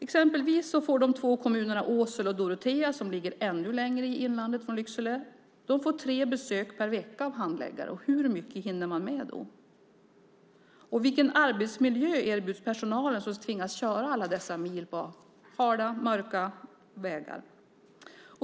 Exempelvis får de två kommunerna Åsele och Dorotea, som ligger ännu längre in i landet i förhållande till Lycksele, tre besök per vecka av handläggare. Hur mycket hinner man med då? Och vilken arbetsmiljö erbjuds personalen som tvingas köra alla dessa mil på hala och mörka vägar?